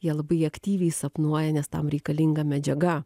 jie labai aktyviai sapnuoja nes tam reikalinga medžiaga